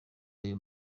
ayo